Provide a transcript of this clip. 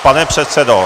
Pane předsedo!